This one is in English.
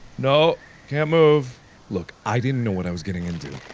no can't move look, i didn't know what i was getting into.